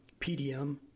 PDM